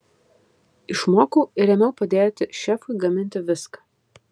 išmokau ir ėmiau padėti šefui gaminti viską